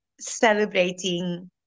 celebrating